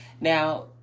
Now